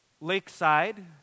lakeside